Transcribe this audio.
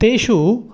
तेषु